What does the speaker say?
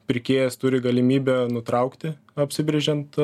pirkėjas turi galimybę nutraukti apsibrėžiant